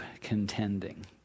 contending